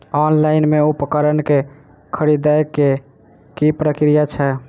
Online मे उपकरण केँ खरीदय केँ की प्रक्रिया छै?